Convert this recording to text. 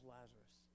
Lazarus